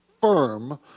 firm